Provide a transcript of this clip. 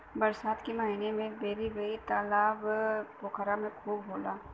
बरसात के महिना में बेरा बेरी तालाब पोखरा में खूब होला